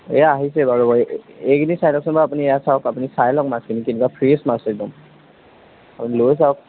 এয়া আহিছে বাৰু ৰ'ব এইখিনি চাই লওকচোন বাৰু আপুনি এয়া চাওক আপুনি চাই লওক মাছখিনি কেনেকুৱা ফ্ৰেছ মাছ একদম আপুনি লৈ চাওক